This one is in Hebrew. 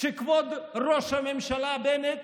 שכבוד ראש הממשלה בנט